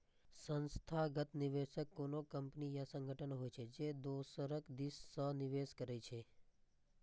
संस्थागत निवेशक कोनो कंपनी या संगठन होइ छै, जे दोसरक दिस सं निवेश करै छै